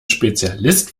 spezialist